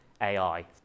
AI